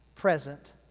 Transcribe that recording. present